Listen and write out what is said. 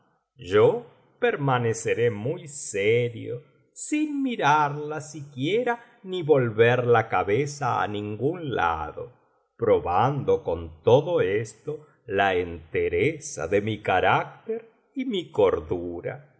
yo permaneceré muy serio sin mirarla siquiera ni volver la cabeza á ningún laclo probando con todo esto la entereza de mi carácter y mi cordura